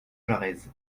jarez